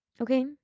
Okay